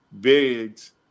bigs